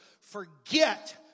forget